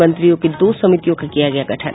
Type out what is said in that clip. मंत्रियों के दो समितियों का किया गया गठन